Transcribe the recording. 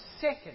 second